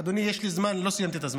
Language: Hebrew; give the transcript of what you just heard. אדוני, יש לי זמן, לא סיימתי את הזמן.